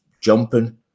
jumping